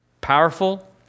Powerful